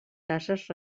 cases